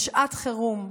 בשעת חירום.